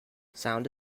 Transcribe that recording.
sound